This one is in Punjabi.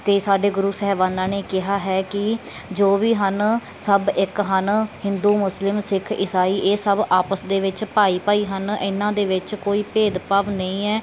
ਅਤੇ ਸਾਡੇ ਗੁਰੂ ਸਾਹਿਬਾਨਾਂ ਨੇ ਕਿਹਾ ਹੈ ਕਿ ਜੋ ਵੀ ਹਨ ਸਭ ਇੱਕ ਹਨ ਹਿੰਦੂ ਮੁਸਲਿਮ ਸਿੱਖ ਇਸਾਈ ਇਹ ਸਭ ਆਪਸ ਦੇ ਵਿੱਚ ਭਾਈ ਭਾਈ ਹਨ ਇਹਨਾਂ ਦੇ ਵਿੱਚ ਕੋਈ ਭੇਦਭਾਵ ਨਹੀਂ ਹੈ